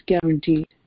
guaranteed